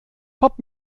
pop